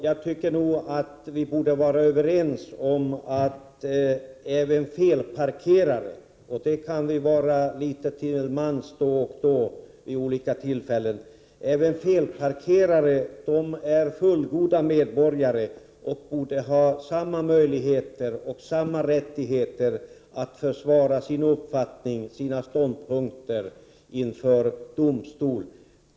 Jag tycker nog att vi kan vara överens om att även felparkerare, det kan vi vara litet till mans vid olika tillfällen, är fullgoda medborgare och borde ha samma möjligheter och rättigheter att försvara sin uppfattning och sina ståndpunkter inför domstol.